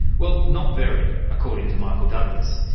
well, not very, according to michael douglas.